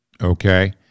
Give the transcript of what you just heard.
Okay